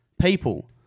People